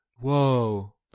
Whoa